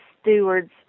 steward's